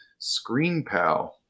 ScreenPal